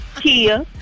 Kia